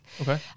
Okay